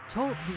Talk